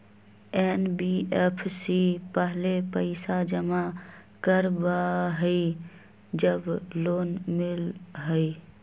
NBFC पहले पईसा जमा करवहई जब लोन मिलहई?